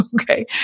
okay